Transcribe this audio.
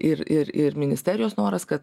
ir ir ir ministerijos noras kad